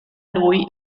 lui